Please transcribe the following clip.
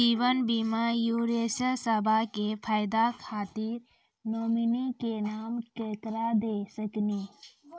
जीवन बीमा इंश्योरेंसबा के फायदा खातिर नोमिनी के नाम केकरा दे सकिनी?